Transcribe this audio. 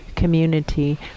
Community